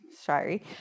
Sorry